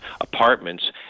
apartments